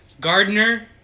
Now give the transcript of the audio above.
Gardner